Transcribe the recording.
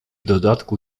dodatku